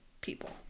people